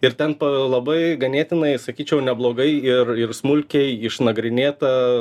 ir ten pa labai ganėtinai sakyčiau neblogai ir ir smulkiai išnagrinėta